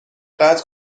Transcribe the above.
قطع